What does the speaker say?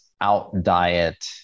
out-diet